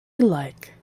like